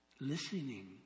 Listening